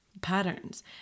patterns